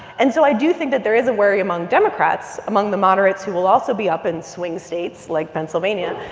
and so i do think that there is a worry among democrats among the moderates who will also be up in swing states like pennsylvania.